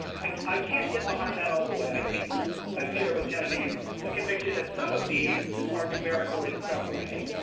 i can't get behind that all the way. i think i've shared with genevieve some conviction that some of these are numerical in some way.